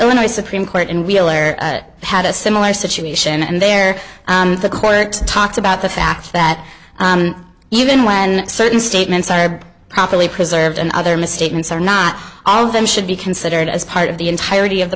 illinois supreme court and wheeler had a similar situation and there the court talked about the fact that even when certain statements are properly preserved and other misstatements are not all of them should be considered as part of the entirety of the